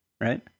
Right